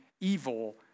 evil